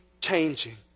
changing